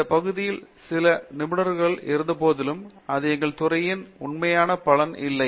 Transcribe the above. இந்த பகுதியில் சில நிபுணர்கள் இருந்தபோதிலும் அது எங்கள் துறையின் உண்மையான பலம் இல்லை